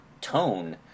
tone